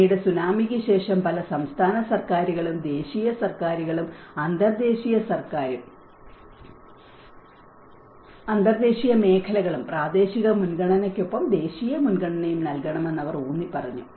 പിന്നീട് സുനാമിക്ക് ശേഷം പല സംസ്ഥാന സർക്കാരുകളും ദേശീയ സർക്കാരുകളും അന്തർദേശീയ മേഖലകളും പ്രാദേശിക മുൻഗണനയ്ക്കൊപ്പം ദേശീയ മുൻഗണനയും നൽകണമെന്ന് അവർ ഊന്നിപ്പറഞ്ഞു